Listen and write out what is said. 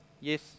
yes